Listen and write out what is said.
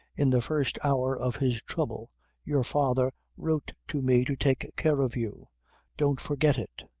in the first hour of his trouble your father wrote to me to take care of you don't forget it.